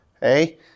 Hey